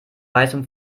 weißem